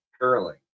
curling